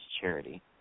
charity